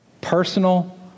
personal